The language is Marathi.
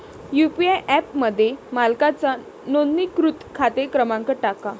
यू.पी.आय ॲपमध्ये मालकाचा नोंदणीकृत खाते क्रमांक टाका